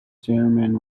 chairman